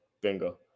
Bingo